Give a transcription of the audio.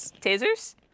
Tasers